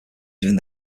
within